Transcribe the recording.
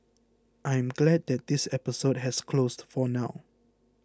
I am glad that this episode has closed for now